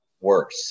worse